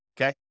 okay